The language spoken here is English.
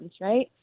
right